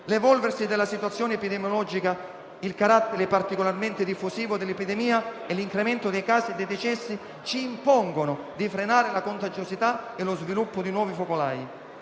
L'evolversi della situazione epidemiologica, il carattere particolarmente diffusivo dell'epidemia e l'incremento dei casi e dei decessi ci impongono di frenare la contagiosità e lo sviluppo di nuovi focolai.